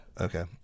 Okay